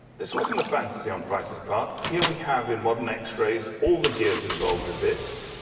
this wasn't a fancy on price's part. here we have in modern x-rays all the gears involved with this.